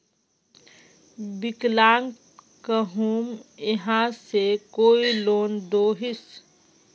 विकलांग कहुम यहाँ से कोई लोन दोहिस?